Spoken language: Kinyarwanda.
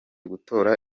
gutora